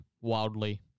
wildly